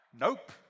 Nope